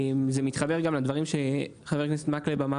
זה מתחבר גם לדברים שחבר הכנסת מקלב אמר